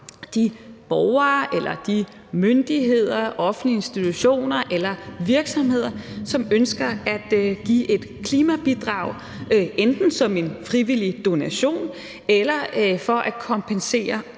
eller de myndigheder, offentlige institutioner eller virksomheder, som ønsker at give et klimabidrag, enten som en frivillig donation eller for at kompensere